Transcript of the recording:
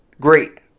great